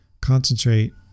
Concentrate